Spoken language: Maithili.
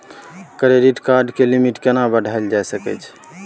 क्रेडिट कार्ड के लिमिट केना बढायल जा सकै छै?